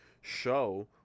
show